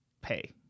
pay